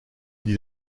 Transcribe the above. dit